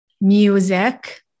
music